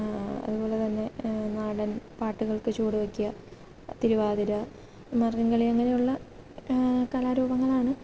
അതുപോലെ തന്നെ നാടൻ പാട്ടുകൾക്ക് ചുവട് വെക്കുക തിരുവാതിര മാർഗംകളി അങ്ങനെയുള്ള കലാരൂപങ്ങളാണ്